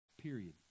Period